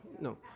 No